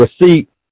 receipt